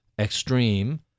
extreme